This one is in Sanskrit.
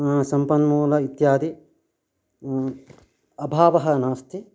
सम्पन्मूल इत्यादि अभावः नास्ति